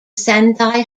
sendai